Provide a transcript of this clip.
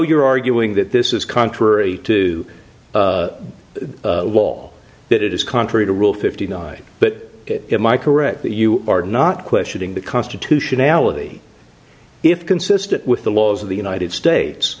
you're arguing that this is contrary to the wall that it is contrary to rule fifty nine but it my correct that you are not questioning the constitutionality if consistent with the laws of the united states